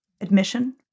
admission